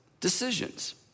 decisions